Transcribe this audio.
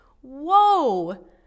whoa